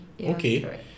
Okay